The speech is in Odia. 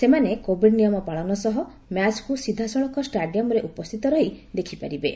ସେମାନେ କୋଭିଡ୍ ନିୟମ ପାଳନ ସହ ମ୍ୟାଚ୍କୁ ସିଧାସଳଖ ଷ୍ଟାଡିୟମ୍ରେ ଉପସ୍ଥିତ ରହି ଦେଖିପାରିବେ